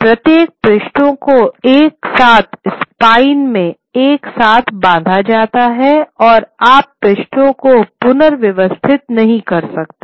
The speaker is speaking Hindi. प्रत्येक पृष्ठों को एक साथ स्पाइन में एक साथ बांधा जाता है और आप पृष्ठों को पुनर्व्यवस्थित नहीं कर सकते हैं